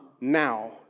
now